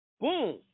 boom